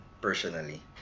personally